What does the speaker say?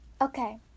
Okay